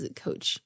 coach